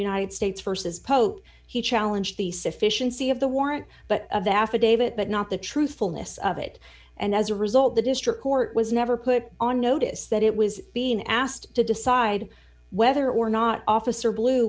united states versus pote he challenge the sufficiency of the warrant but the affidavit but not the truthfulness of it and as a result the district court was never put on notice that it was being asked to decide whether or not officer blue